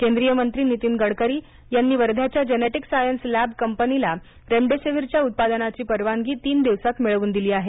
केंद्रीय मंत्री नितीन गडकरी यांनी वर्ध्याच्या जेनेटिक सायन्स लॅब कंपनीला रेमडेसिवीरच्या उत्पादनाची परवानगी तीन दिवसांत मिळवून दिली आहे